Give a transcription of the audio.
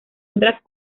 otras